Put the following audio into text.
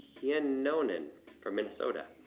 hinonan from minnesota,